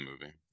movie